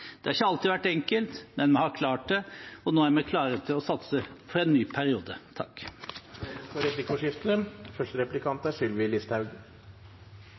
Det har ikke alltid vært enkelt, men vi har klart det, og nå er vi klare til å satse for en ny periode. Det blir replikkordskifte. Høyre er